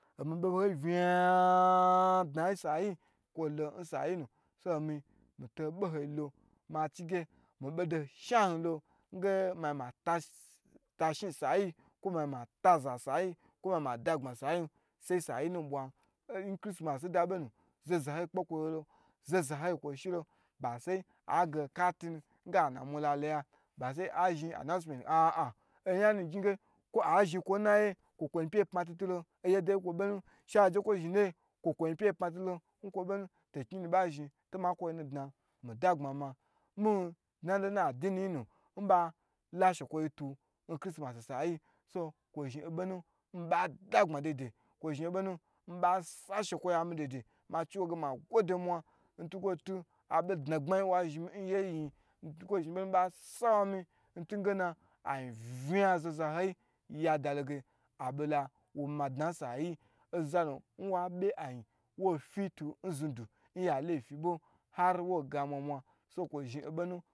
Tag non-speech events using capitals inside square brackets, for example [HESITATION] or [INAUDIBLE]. Bo ho bo ho yi vnana dna in sa yi kwo lo in sa yi nu, so omi mi to bho hoi lo machi inge ma zhin ma ta shin in sa yi yin ko ma zhi ma da gbmo in sa yi yin sai sa yinu bwa hn, in christmas dabo nu zoho zoho yi kpokwo yelo zoho zoho yi kwoi shi lo ba sai a zhin announcement [HESITATION] bo yan gni ge kwo ah zhin kwo in na ye kwo kwo yi pye yi pma tuta lo oyedo kwo bo mu she a je kwo zhi naye kwo kwo yin pye yi pma tulo inkwo bonu, kni yi nu ba zhna to ma ko nu dna myi da gbma ma, mhu dna lo n adini yi nu inba la shekwo yi ye tu in chrismas sa yi yii, so kwo zhin obonu in mi ba da gbma dai dai, kwo zhi obonu in mi ba sa shekowyi ami dai da ma chi wo ge magode mwa in tukwo abo dna gbma yi in wa zhi in ye yi nyi, kwo zho zhi bonu in mi ba sa-wami in tugena ayin vnaya zaho zaho yi yadalo ge abo lawo ma dna sa yi oza nu wa bye ayin wo fi tu in znu du in ya laifi bo ar wo ga mwa mwa so ko zhin obonu